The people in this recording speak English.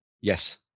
Yes